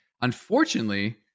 unfortunately